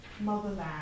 motherland